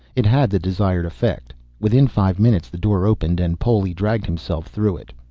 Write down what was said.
it had the desired affect. within five minutes the door opened and poli dragged himself through it.